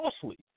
falsely